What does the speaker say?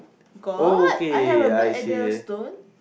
got I have bird at the stone